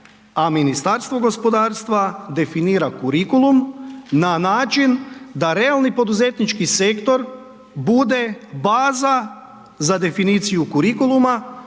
a Ministarstvo gospodarstva definira kurikulum na način da realni poduzetnički sektor bude baza za definiciju kurikuluma